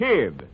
Kid